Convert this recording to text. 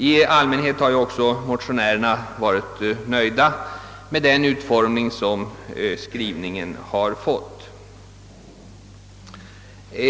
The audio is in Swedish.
I allmänhet har ju motionärerna också varit nöjda med utformningen av utlåtandet.